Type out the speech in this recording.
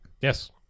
Yes